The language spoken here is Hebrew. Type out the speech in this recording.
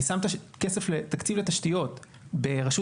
אני שם את הכסף לתקציב לתשתיות ברשות